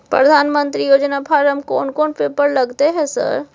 प्रधानमंत्री योजना फारम कोन कोन पेपर लगतै है सर?